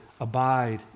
abide